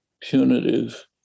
punitive